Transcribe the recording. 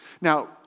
Now